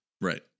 Right